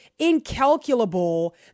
incalculable